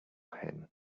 him